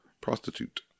Prostitute